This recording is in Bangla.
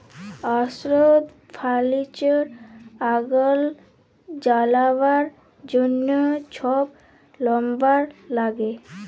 অস্ত্র, ফার্লিচার, আগুল জ্বালাবার জ্যনহ ছব লাম্বার ল্যাগে